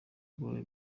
arwaye